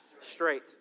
straight